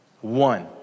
One